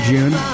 June